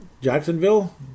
Jacksonville